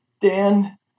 Dan